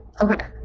Okay